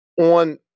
on